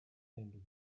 and